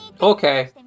Okay